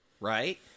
right